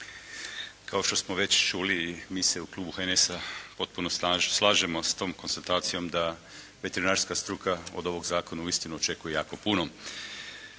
Kao što smo već čuli i mi se u Klubu HNS-a potpuno slažemo s tom konstatacijom da veterinarska struka od ovog zakona uistinu očekuje jako puno.